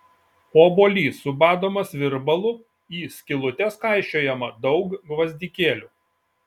obuolys subadomas virbalu į skylutes kaišiojama daug gvazdikėlių